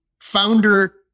founder